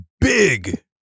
big